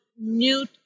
new